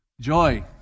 Joy